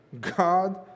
God